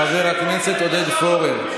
חבר הכנסת עודד פורר.